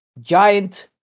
giant